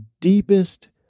deepest